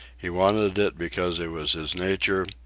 he wanted it because it was his nature,